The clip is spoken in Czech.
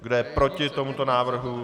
Kdo je proti tomuto návrhu?